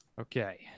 Okay